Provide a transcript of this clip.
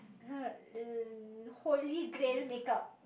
ha um holy grail makeup